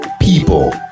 people